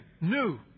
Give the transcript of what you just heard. new